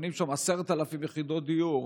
בונים שם 10,000 יחידות דיור,